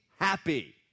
happy